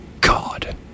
God